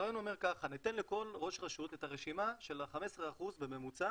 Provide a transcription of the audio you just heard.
הרעיון אומר כך: ניתן לכל ראש רשות את הרשימה של ה-15% בממוצע